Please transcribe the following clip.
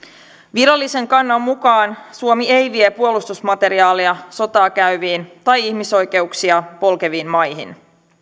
virallisen kannan mukaan suomi ei vie puolustusmateriaalia sotaa käyviin tai ihmisoikeuksia polkeviin maihin